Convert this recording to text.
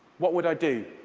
what would i do?